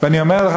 ואני אומר לך,